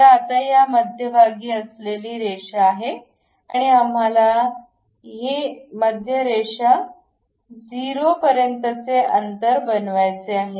तर आता या मध्यभागी असलेली रेषा आहे आणि आम्हाला हे मध्य रेषा 0 पर्यंतचे अंतर बनवायचे आहे